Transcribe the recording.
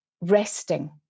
resting